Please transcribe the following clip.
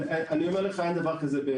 אין דבר כזה.